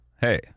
hey